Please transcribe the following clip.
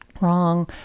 wrong